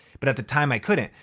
but at the time i couldn't.